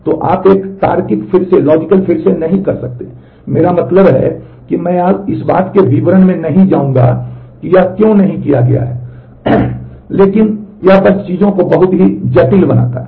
तो आप एक तार्किक फिर से नहीं करते हैं मेरा मतलब है मैं इस बात के विवरण में नहीं जाऊंगा कि यह क्यों नहीं किया गया है लेकिन यह बस चीजों को बहुत जटिल बनाता है